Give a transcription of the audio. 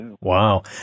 Wow